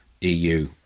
EU